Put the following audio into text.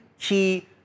key